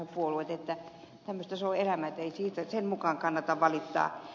tämmöistä se on elämä ei sen takia kannata valittaa